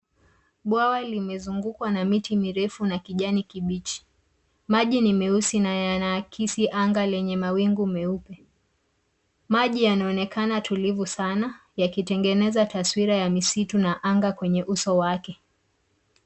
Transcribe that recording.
Bwawa limezungukwa na miti mirefu na kijani kibichi. Maji ni meusi na yanaakisi anga lenye mawingu meupe. Maji yanaonekana tulivu sana yakitengeneza taswira ya misitu na anga kwenye uso wake.